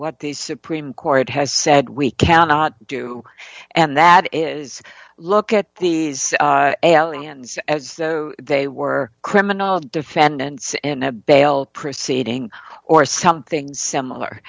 what the supreme court has said we cannot do and that is look at these hands as they were criminal defendants and a bail proceeding or something similar